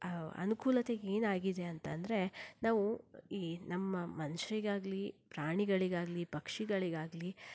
ಅನುಕೂಲತೆಗೆ ಏನಾಗಿದೆ ಅಂತಂದರೆ ನಾವು ಈ ನಮ್ಮ ಮನ್ಷ್ಯರಿಗಾಗ್ಲಿ ಪ್ರಾಣಿಗಳಿಗಾಗಲಿ ಪಕ್ಷಿಗಳಿಗಾಗಲಿ